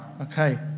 Okay